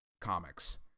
comics